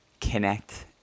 connect